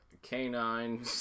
Canine